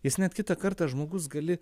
jis net kitą kartą žmogus gali